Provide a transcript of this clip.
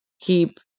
keep